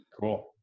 Cool